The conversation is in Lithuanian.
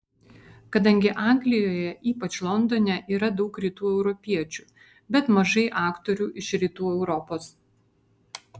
kadangi anglijoje ypač londone yra daug rytų europiečių bet mažai aktorių iš rytų europos